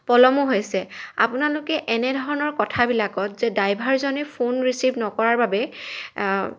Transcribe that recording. পলমো হৈছে আপোনালোকে এনেধৰণৰ কথাবিলাকত যে ড্ৰাইভাৰজনে ফোন ৰিচিভ নকৰাৰ বাবে